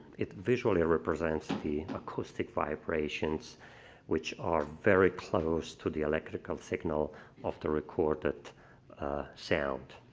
it visually represents the acoustic vibrations which are very close to the electrical signal of the recorded sound.